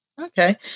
Okay